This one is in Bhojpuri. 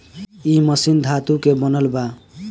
इ मशीन धातु से बनल बा